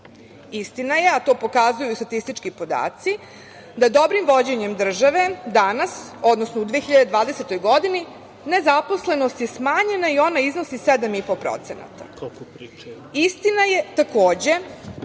Istina je, a to pokazuju statistički podaci, da dobrim vođenjem države danas, odnosno u 2020. godini, nezaposlenost je smanjena i ona iznosi 7,5%. Istina je, takođe,